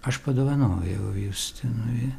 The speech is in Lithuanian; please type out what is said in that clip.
aš padovanojau justinui